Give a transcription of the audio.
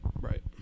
Right